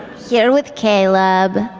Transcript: here with caleb.